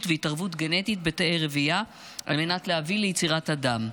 והתערבות גנטית בתאי רבייה על מנת להביא ליצירת אדם.